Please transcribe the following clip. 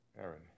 Aaron